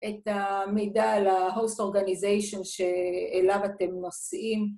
את המידע על ה-host organization שאליו אתם נוסעים